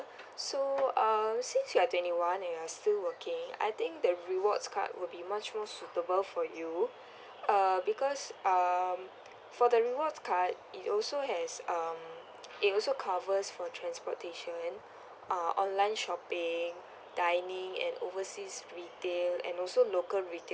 so uh since you're twenty one and you are still working I think the rewards card would be much more suitable for you uh because um for the rewards card it also has um it also covers for transportation uh online shopping dining and overseas retail and also local reta~